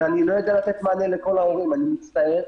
אבל אני לא יודע לתת מענה לכל ההורים, אני מצטער.